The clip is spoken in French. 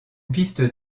piste